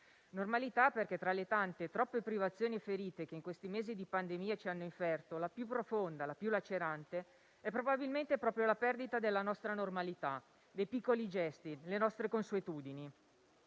normalità perché, tra le tante e troppe privazioni e ferite che in questi mesi di pandemia ci hanno inferto, la più profonda e lacerante è probabilmente proprio la perdita della nostra normalità, dei piccoli gesti, delle nostre consuetudini.